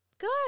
good